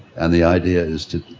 and the idea is to,